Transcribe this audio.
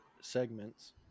segments